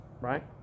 Right